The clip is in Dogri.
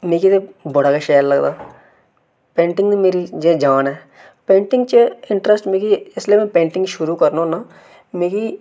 मिगी ते बड़ा गै शैल लगदा पेंटिग च मेरी जान ऐ पेंटिग च मिगी इंट्रैस्ट जिसलै में पेंटिंग शुरू करना होन्ना मिगी